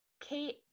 Kate